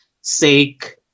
sake